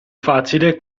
facile